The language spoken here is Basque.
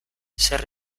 zer